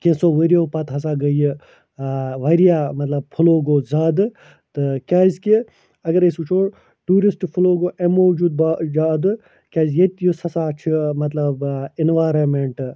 کیٚنٛژو ؤریو پَتہٕ ہَسا گٔے یہِ ٲں واریاہ مطلب فٕلو گوٚو زیادٕ تہٕ کیٛازکہِ اگر أسۍ وُچھو ٹیٛوٗرِسٹہٕ فٕلو گوٚو اَمہِ موٗجوب با زیٛادٕ کیٛازِ ییٚتہِ یُس ہَسا چھُ مَطلَب ٲں ایٚنوَرانمیٚنٹہٕ